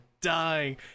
dying